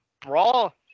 brawl